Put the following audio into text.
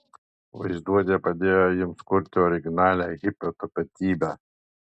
vaizduotė padėjo jiems kurti originalią hipio tapatybę